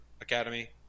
Academy